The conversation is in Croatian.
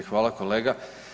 Hvala kolega.